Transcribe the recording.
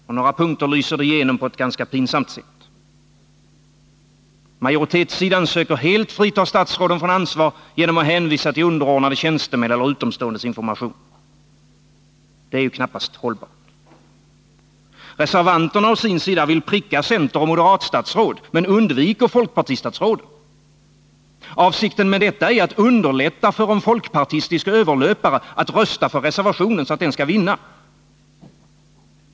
På några punkter lyser det igenom på ett ganska pinsamt sätt. Majoritetssidan försöker att helt frita statsråden från ansvaret genom att hänvisa till underordnade tjänstemän eller utomståendes informationer. Men det är knappast hållbart. Reservanterna å sin sida vill pricka centerpartistiska och moderata statsråd, men undviker detta beträffande folkpartistatsråden. Avsikten härmed är att underlätta för en folkpartistisk överlöpare att rösta för reservationen, så att den skall vinna.